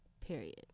period